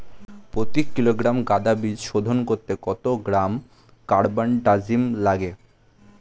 প্রতি কিলোগ্রাম গাঁদা বীজ শোধন করতে কত গ্রাম কারবানডাজিম লাগে?